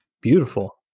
beautiful